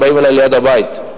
באים אלי ליד הבית.